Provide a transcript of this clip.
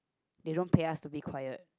they don't pay us to be quiet